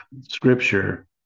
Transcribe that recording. Scripture